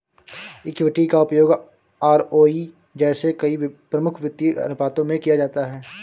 equity का उपयोग ROE जैसे कई प्रमुख वित्तीय अनुपातों में किया जाता है